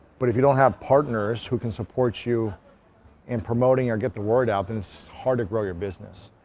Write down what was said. but if you don't have partners who can support you in promoting or get the word out, then it's just hard to grow your business.